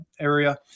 area